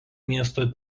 miesto